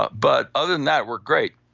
but but other than that, we're great.